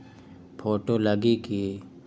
Photo लगी कि?